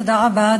תודה רבה,